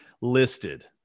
listed